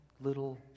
little